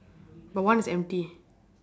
but one is empty